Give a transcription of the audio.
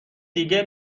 دیگه